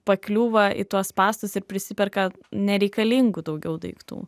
pakliūva į tuos spąstus ir prisiperka nereikalingų daugiau daiktų